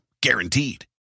guaranteed